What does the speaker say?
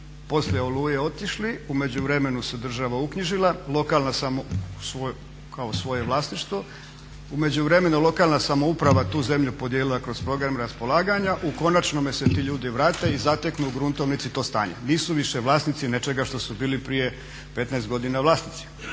svoje vlasništvu, u međuvremenu lokalna samouprava tu zemlju podijelila kroz program raspolaganja, u konačnome se ti ljudi vrate i zateknu u gruntovnici to stanje. Nisu više vlasnici nečega što su bili prije 15 godina vlasnici